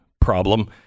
problem